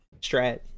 strat